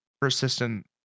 persistent